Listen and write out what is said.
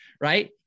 right